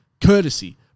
courtesy